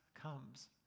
comes